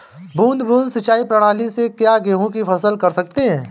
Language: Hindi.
बूंद बूंद सिंचाई प्रणाली से क्या गेहूँ की फसल कर सकते हैं?